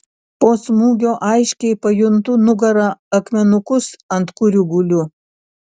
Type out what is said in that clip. po smūgio aiškiai pajuntu nugara akmenukus ant kurių guliu